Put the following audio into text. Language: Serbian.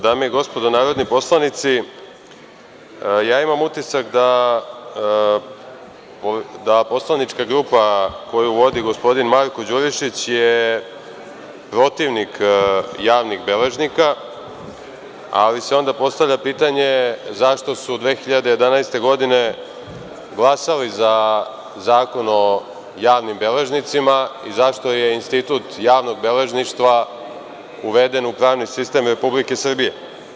Dame i gospodo narodni poslanici, imam utisak da je poslanička grupa koju vodi gospodin Marko Đurišić protivnik javnih beležnika, ali se onda postavlja pitanje zašto su 2011. godine glasali za Zakon o javnim beležnicima i zašto je institut javnog beležništva uveden u pravni sistem Republike Srbije.